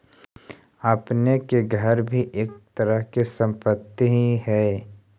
आपने के घर भी एक तरह के संपत्ति ही हेअ